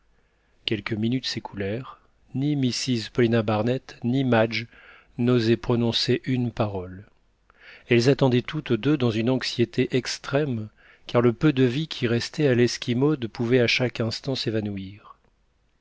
quelques minutes s'écoulèrent ni mrs paulina barnett ni madge n'osaient prononcer une parole elles attendaient toutes deux dans une anxiété extrême car le peu de vie qui restait à l'esquimaude pouvait à chaque instant s'évanouir